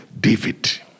David